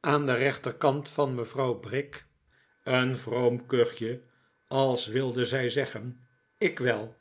aan den rechterkant van mevrouw brick een vroom kuchje als wilde zij zeggen ik wel